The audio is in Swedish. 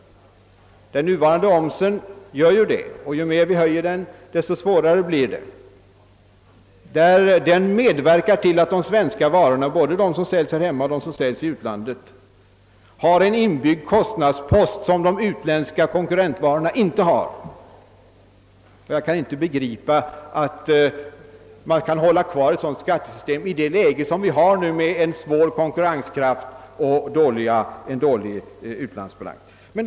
Den nuvarande omsättningsskatten gör detta, och ju mer vi höjer den desto svårare blir det. Den medverkar till att de svenska varorna, både de som säljs här hemma och de som säljs i utlandet, har en inbyggd kostnadspost som de utländska konkurrentvarorna inte har. Jag kan inte begripa att man kan ha kvar ett sådant skattesystem i det läge vi har med en svår konkurrens och dålig utlandsbalans.